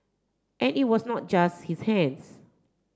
and it was not just his hands